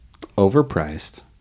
overpriced